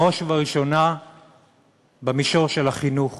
בראש ובראשונה במישור של החינוך.